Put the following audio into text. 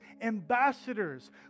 ambassadors